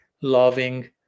loving